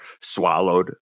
swallowed